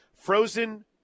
Frozen